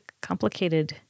complicated